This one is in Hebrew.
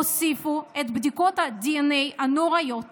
הוסיפו את בדיקות הדנ"א הנוראיות